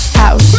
house